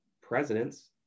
presidents